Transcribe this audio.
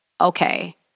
okay